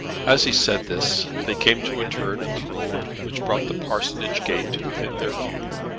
as he said this they came to a turn in the road which brought the parsonage gate within their view.